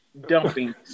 Dumping